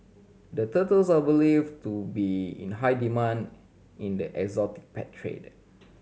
the turtles are believed to be in high demand in the exotic pet trade